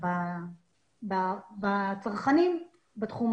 בצרכנים בתחום